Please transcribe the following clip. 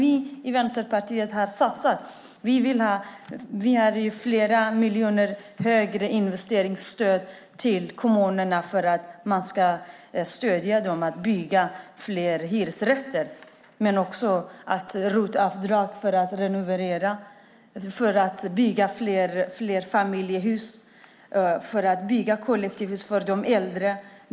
Vi vill ha ett flera miljoner högre investeringsstöd till kommunerna för att stödja dem att bygga fler hyresrätter, men också ROT-avdrag för att renovera och bygga fler familjehus och kollektivhus för de äldre.